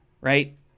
right